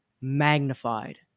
magnified